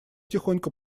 тихонько